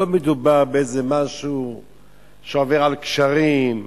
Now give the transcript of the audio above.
לא מדובר באיזה משהו שעובר על גשרים,